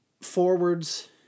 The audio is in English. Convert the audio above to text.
Forwards